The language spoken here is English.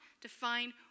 define